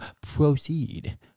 Proceed